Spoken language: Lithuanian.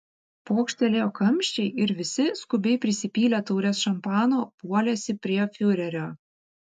pokštelėjo kamščiai ir visi skubiai prisipylę taures šampano puolėsi prie fiurerio